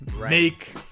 make